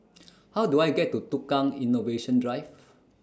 How Do I get to Tukang Innovation Drive